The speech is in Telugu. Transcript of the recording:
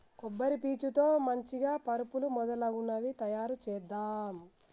కొబ్బరి పీచు తో మంచిగ పరుపులు మొదలగునవి తాయారు చేద్దాం